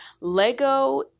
Lego